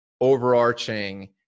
overarching